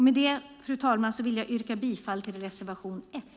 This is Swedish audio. Med det, fru talman, vill jag yrka bifall till reservation 1.